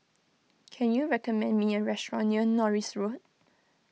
can you recommend me a restaurant near Norris Road